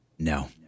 No